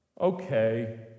Okay